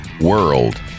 World